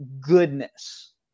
goodness